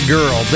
Girl